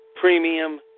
premium